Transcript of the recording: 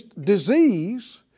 disease